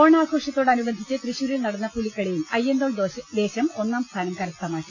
ഓണാഘോഷത്തോടനുബന്ധിച്ച് തൃശൂരിൽ നടന്ന പുലിക്കളിയിൽ അയ്യന്തോൾ ദേശം ഒന്നാം സ്ഥാനം കരസ്ഥമാക്കി